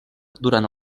durant